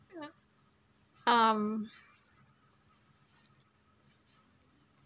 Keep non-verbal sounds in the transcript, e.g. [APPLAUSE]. [NOISE] um